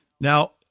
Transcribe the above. Now